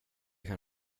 kan